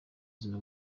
ubuzima